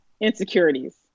Insecurities